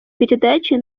передачи